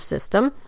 system